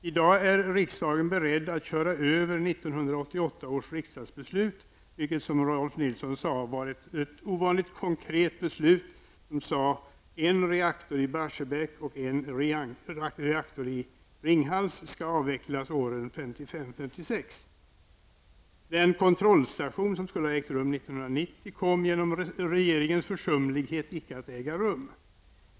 I dag är riksdagen beredd att köra över 1988 års riksdagsbeslut, vilket var, som Rolf L Nilson sade, ett ovanligt konkret beslut som innebar att en reaktor i Barsebäck och en reaktor i Ringhals skulle avvecklas åren 1995 och 1996. Den kontrollstation som skulle ha ägt rum 1990 kom genom regeringens försumlighet inte att äga rum.